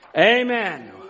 Amen